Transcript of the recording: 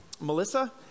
Melissa